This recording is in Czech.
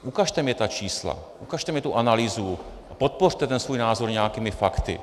Ukažte mi ta čísla, ukažte mi tu analýzu, podpořte ten svůj názor nějakými fakty.